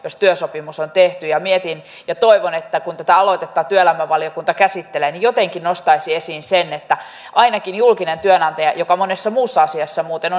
jos työsopimus on tehty mietin ja toivon että kun tätä aloitetta työelämävaliokunta käsittelee niin se jotenkin nostaisi esiin sen että ainakin julkinen työnantaja joka monessa muussa asiassa muuten